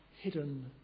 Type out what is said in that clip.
hidden